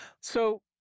So-